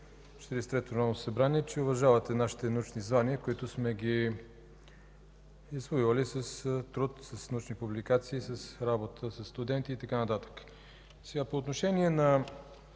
че уважавате нашите научни звания, които сме извоювали с труд, с научни публикации, с работа със студенти и така нататък. По отношение на